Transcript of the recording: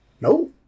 No